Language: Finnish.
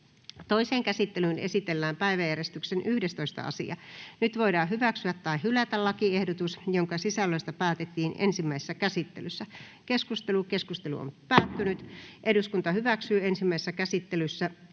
Toiseen käsittelyyn esitellään päiväjärjestyksen 6. asia. Nyt voidaan hyväksyä tai hylätä lakiehdotus, jonka sisällöstä päätettiin ensimmäisessä käsittelyssä. — Keskustelu, edustaja Zyskowicz.